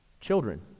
Children